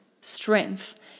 strength